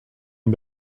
une